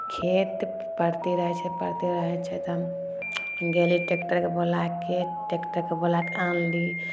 खेत परती रहै छै परती रहै छै तऽ हम गेली टेक्टरके बोलाके टेक्टरके बोलाके आनली